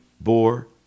bore